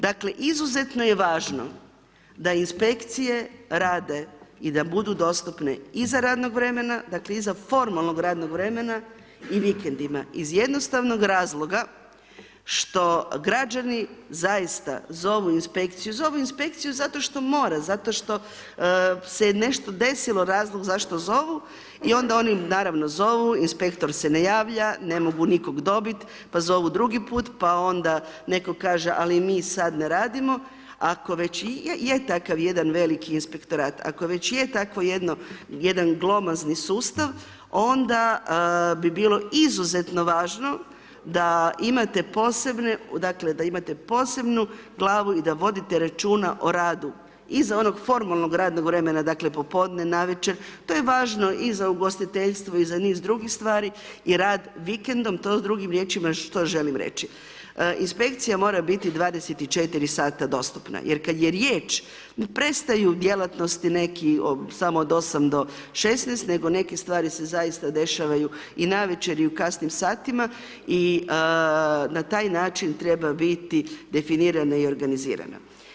Dakle, izuzetno je važno da inspekcije rade i da budu dostupne iza radnog vremena, dakle iza formalnog radnog vremena i vikendima, iz jednostavnog razloga što građani zaista zovu inspekciju, zovu inspekciju zato što mora, zato što se je nešto desilo, razlog zašto zovu i onda oni naravno zovu, inspektor se ne javlja, ne mogu nikog dobit, pa zovu drugi put, pa onda netko kaže ali mi sad ne radimo, ako već i je tako jedan veliki inspektorat, ako već je takvo jedno, jedan glomazni sustav, onda bi bilo izuzetno važno da imate posebne, dakle, da imate posebnu glavu i da vodite računa o radu iza onog formalnog radnog vremena, dakle popodne, navečer, to je važno i za ugostiteljstvo i za niz drugih stvari, i rad vikendom, to drugim riječima što želim reći, inspekcija mora biti 24 sata dostupna, jer kad je riječ, prestaju djelatnosti, neki samo od 8-16, nego neke stvari se zaista dešavaju i navečer, i u kasnim satima, i na taj način treba biti definirana i organizirana.